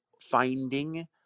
finding